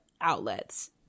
outlets